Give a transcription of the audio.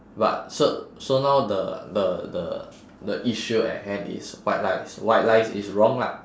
but so so now the the the the issue at hand is white lies white lies is wrong lah